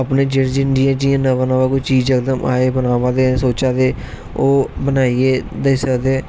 अपने जेहडे़ जेहडे़ डिजाइन जियां नमां नमां कोई चीज जकदम आए बनादे हा सोचे दा ओह् बनाइयै देई सकदे